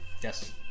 Yes